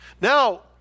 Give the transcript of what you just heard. Now